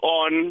on